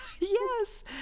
Yes